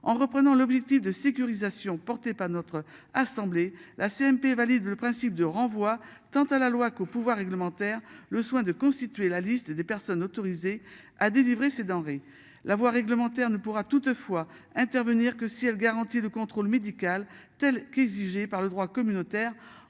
en reprenant l'objectif de sécurisation porté par notre assemblée la CMP valide le principe de renvoi. Quant à la loi qu'au pouvoir réglementaire, le soin de constituer la liste des personnes autorisées à délivrer ces denrées la voie réglementaire ne pourra toutefois intervenir que si elle garantit le contrôle médical telle qu'exigée par le droit communautaire